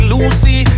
Lucy